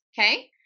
Okay